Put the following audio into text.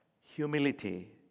Humility